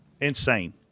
Insane